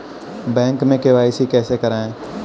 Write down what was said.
Bank में KYC कैसे करायें?